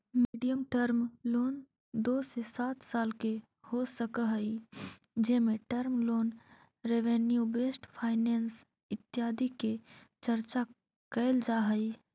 medium term loan दो से सात साल के हो सकऽ हई जेमें term loan revenue based finance इत्यादि के चर्चा कैल जा हई